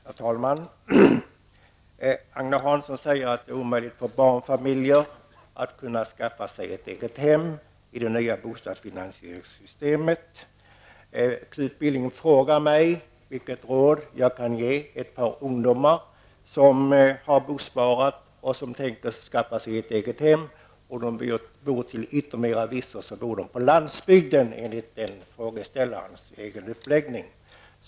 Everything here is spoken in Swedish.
Herr talman! Agne Hansson säger att det är omöjligt för barnfamiljer att skaffa sig ett eget hem med det nya bostadsfinansieringssystemet. Vidare frågar Knut Billing mig vilket råd jag vill ge de ungdomar som har bosparat och som tänker skaffa sig ett eget hem. Till yttermera visso bor dessa ungdomar på landsbygden -- detta enligt frågeställarens egen uppläggning.